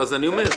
אין העננה.